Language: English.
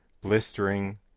blistering